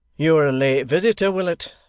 you are a late visitor, willet.